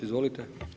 Izvolite.